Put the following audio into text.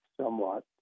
somewhat